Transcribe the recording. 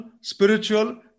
spiritual